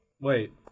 Wait